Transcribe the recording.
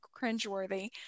cringeworthy